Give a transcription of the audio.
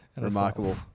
remarkable